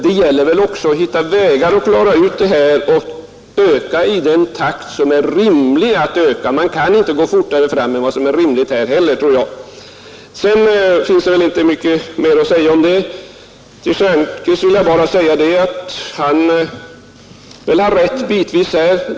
Det gäller att hitta vägar för att klara en ökning av turismen i den takt som är rimlig. Man kan inte gå fortare fram än vad som är rimligt här heller. Mycket mer finns inte att säga om detta. Till herr Stjernström vill jag bara säga att han har väl rätt bitvis.